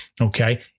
Okay